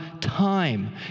time